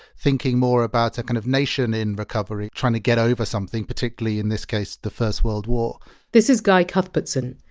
thinking more about a kind of nation in recovery, trying to get over something, particularly in this case the first world war this is guy cuthbertson.